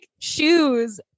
shoes